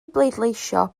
bleidleisio